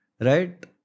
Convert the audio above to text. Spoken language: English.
Right